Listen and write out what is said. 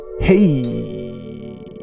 Hey